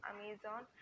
Amazon